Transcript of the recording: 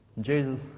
Jesus